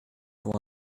pour